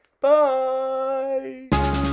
Bye